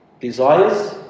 Desires